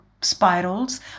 spirals